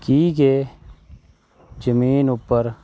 की जे जमीन उप्पर